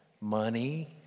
Money